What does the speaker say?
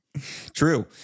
True